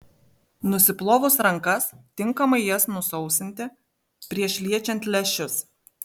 nusiplovus rankas tinkamai jas nusausinti prieš liečiant lęšius